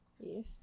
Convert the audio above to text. Yes